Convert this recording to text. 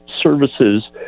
services